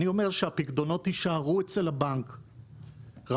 אני אומר שהפיקדונות יישארו אצל הבנק רק